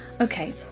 Okay